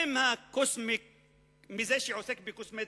זה שעוסק בקוסמטיקה,